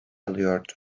alıyordu